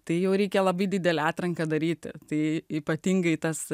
tai jau reikia labai didelę atranką daryti tai ypatingai tas